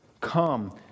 Come